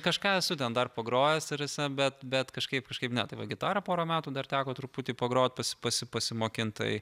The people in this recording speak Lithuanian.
kažką esu ten dar pagrojęs ta prasme bet bet kažkaip kažkaip ne tai va gitara porą metų dar teko truputį pagrot pasi pasi pasimokint tai